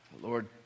Lord